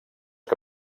que